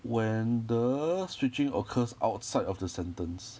when the switching occurs outside of the sentence